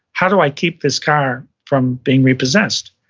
how do i keep this car from being repossessed?